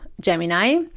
Gemini